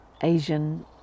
Asian